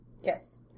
Yes